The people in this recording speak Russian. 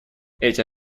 эти